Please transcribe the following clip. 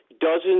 Dozens